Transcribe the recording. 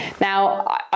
Now